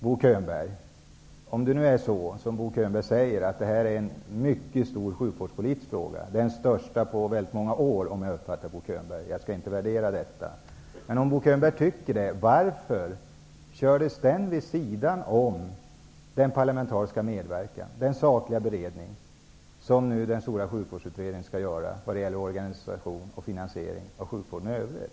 Bo Könberg säger att den här frågan är en mycket stor sjukvårdspolitisk fråga, ja, den största på väldigt många år -- om jag rätt uppfattat det som sagts. Jag skall inte värdera detta. Om nu Bo Könberg tycker så, varför drevs då husläkarfrågan vid sidan av den parlamentariska medverkan, den sakliga beredning som den stora sjukvårdsutredningen skall göra vad gäller organisation och finansiering av sjukvården i övrigt?